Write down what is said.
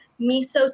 miso